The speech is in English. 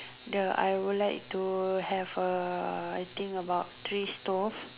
the I would like to have uh I think about three stove